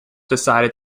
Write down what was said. decided